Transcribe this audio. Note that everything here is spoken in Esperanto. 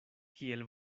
kiel